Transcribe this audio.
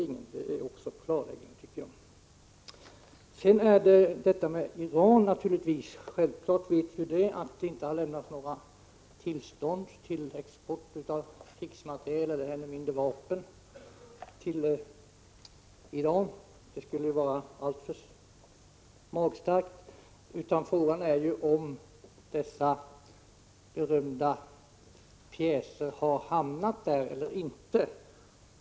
När det gäller Iran vet vi naturligtvis att det inte har lämnats tillstånd till någon export av krigsmateriel eller, ännu mindre, av vapen till Iran; det skulle ha varit alltför magstarkt. Frågan är om dessa berömda pjäser har hamnat där eller inte.